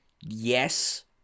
Yes